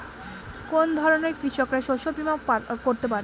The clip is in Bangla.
কোন ধরনের কৃষকরা শস্য বীমা করতে পারে?